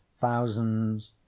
thousands